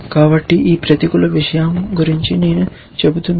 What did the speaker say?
కాబట్టి ఈ ప్రతికూల విషయం గురించి నేను చెబుతున్నాను